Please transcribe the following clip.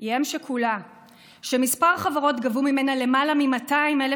היא אם שכולה שכמה חברות גבו ממנה למעלה מ-200,000